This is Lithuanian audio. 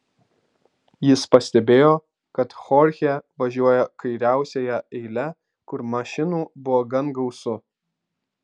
jis pastebėjo kad chorchė važiuoja kairiausiąja eile kur mašinų buvo gan gausu